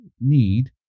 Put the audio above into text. need